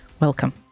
Welcome